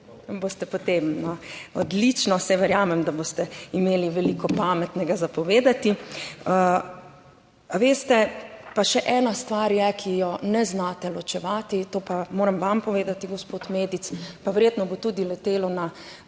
boste potem. Odlično, saj verjamem, da boste imeli veliko pametnega za povedati. Veste. Pa še ena stvar je, ki jo ne znate ločevati, to pa moram vam povedati, gospod Medic, pa verjetno bo tudi letelo na